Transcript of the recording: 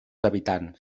habitants